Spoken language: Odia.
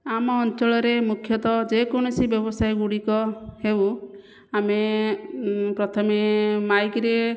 ଆମ ଅଞ୍ଚଳରେ ମୁଖ୍ୟତଃ ଯେକୌଣସି ବ୍ୟବସାୟ ଗୁଡ଼ିକ ହେଉ ଆମେ ପ୍ରଥମେ ମାଇକ୍ରେ